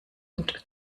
und